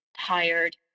tired